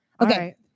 Okay